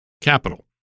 capital